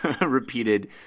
repeated